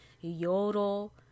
yodel